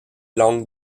langues